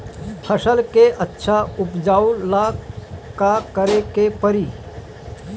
फसल के अच्छा उपजाव ला का करे के परी?